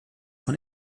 von